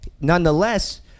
Nonetheless